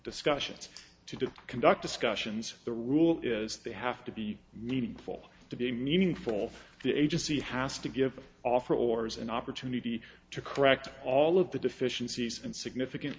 discussions to conduct discussions the rule is they have to be meaningful to be meaningful the agency has to give an offer or is an opportunity to correct all of the deficiencies and significant